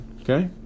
okay